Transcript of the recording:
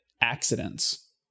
accidents